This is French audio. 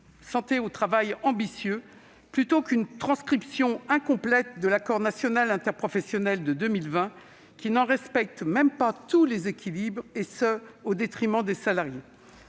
santé au travail ambitieux, plutôt qu'une transcription incomplète de l'accord national interprofessionnel de 2020, qui n'en respecte même pas tous les équilibres, au détriment des salariés.